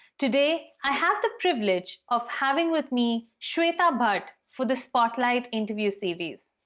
today, i have the privilege of having with me shweta bhatt for the spotlight interviews series.